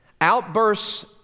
Outbursts